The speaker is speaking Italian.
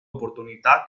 opportunità